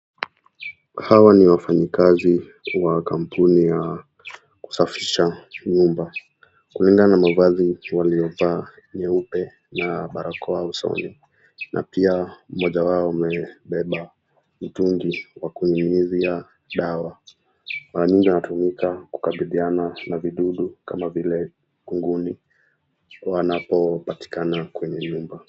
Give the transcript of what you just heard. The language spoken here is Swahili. Hawa ni wafanyikazi wa kampuni ya kusafisha nyumba. Kulingana na mavazi waliovaa nyeupe na barakoa usoni na pia mmoja wao amebeba mtungi wa kunyunyizia dawa. Mara nyingi wanatumika kukabiliana na vidudu kama vile kunguni wanapopatikana kwenye nyumba.